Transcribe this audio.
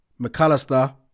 McAllister